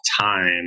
time